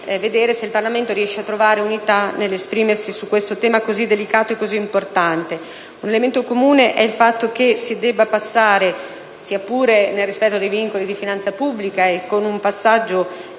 vedere se il Parlamento riesce a trovare un'unità nell'esprimersi su questo tema così delicato ed importante. Un elemento comune è che si debba assumere, sia pure nel rispetto dei vincoli di finanza pubblica e con un passaggio